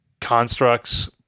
constructs